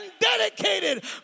dedicated